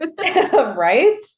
Right